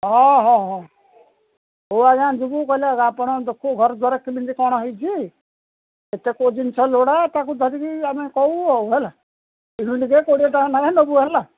ହଁ ହଁ ହଁ ହଉ ଆଜ୍ଞା ଯିବୁ କହିଲେ ଆପଣ ଦେଖୁ ଘର ଦ୍ୱାର କେମିତି କ'ଣ ହୋଇଛି ଏତେ କୋଉ ଜିନିଷ ଲୋଡ଼ା ତାକୁ ଧରିକି ଆମେ କହୁ ଆଉ ହେଲା ୟୁନିଟକୁ କୋଡ଼ିଏ ଟଙ୍କା ଲେଖା ନେବୁ ହେଲା